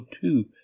two